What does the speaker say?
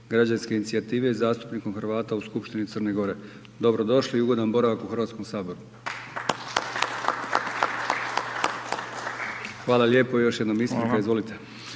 građanske inicijative i zastupnikom Hrvata u Skupštini Crne Gore. Dobro došli i ugodan boravak u Hrvatskom saboru. /Pljesak./ Hvala lijepo i još jednom isprika, izvolite.